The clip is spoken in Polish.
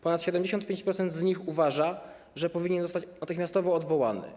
Ponad 75% z nich uważa, że powinien zostać natychmiastowo odwołany.